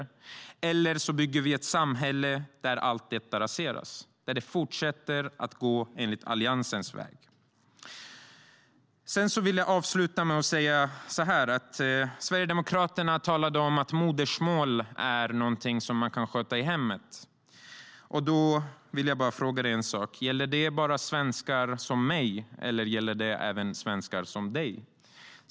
Eller så bygger vi ett samhälle där allt detta raseras, där det fortsätter att gå enligt Alliansens väg. Avslutningsvis talade sverigedemokraten Stefan Jakobsson om att modersmål är något som kan skötas i hemmet. Jag vill fråga dig, Stefan Jakobsson, om det bara gäller svenskar som mig eller om det även gäller svenskar som dig.